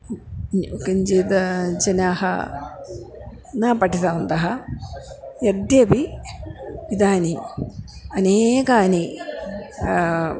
किञ्चित् जनाः न पठितवन्तः यद्यपि इदानीम् अनेकानि